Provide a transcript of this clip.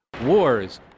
wars